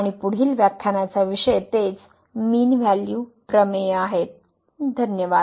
आणि पुढील व्याख्यानाचा विषय तेच मीन व्हॅल्यू प्रमेयआहेत